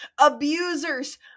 abusers